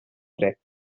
dret